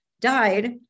died